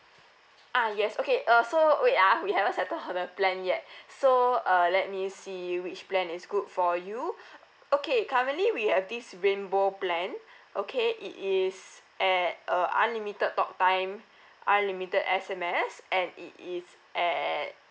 ah yes okay uh so wait ah we haven't settle the plan yet so uh let me see which plan is good for you okay currently we have this rainbow plan okay it is at a unlimited talk time unlimited S_M_S and it is at